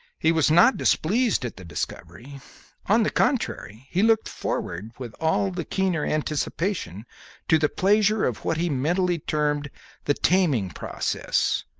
he was not displeased at the discovery on the contrary, he looked forward with all the keener anticipation to the pleasure of what he mentally termed the taming process,